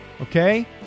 Okay